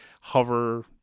hover